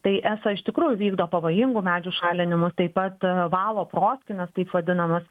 tai eso iš tikrųjų vykdo pavojingų medžių šalinimus taip pat valo proskynas taip vadinamas